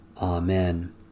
Amen